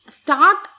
start